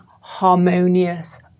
harmonious